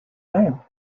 name